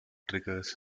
triggers